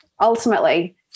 Ultimately